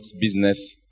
business